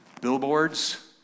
billboards